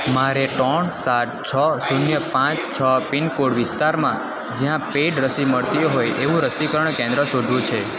મારે ત્રણ સાત છ શૂન્ય પાંચ છ પિનકોડ વિસ્તારમાં જ્યાં પેડ રસી મળતી હોય એવું રસીકરણ કેન્દ્ર શોધવું છે